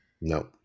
no